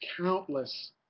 countless